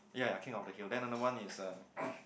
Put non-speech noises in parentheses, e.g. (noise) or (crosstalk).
ya king of the hill then another one is um (noise)